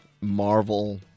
Marvel